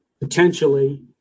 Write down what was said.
potentially